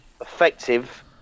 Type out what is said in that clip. effective